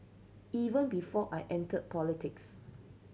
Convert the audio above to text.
even before I entered politics